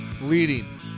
leading